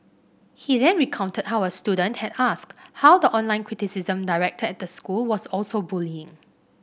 he then recounted how a student had asked how the online criticism directed at the school was also bullying